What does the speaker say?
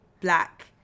black